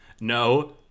No